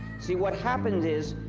see what happened is,